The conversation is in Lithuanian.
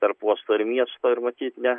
tarp uosto ir miesto ir matyt ne